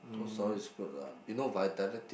Cold Storage is good lah you know Vitality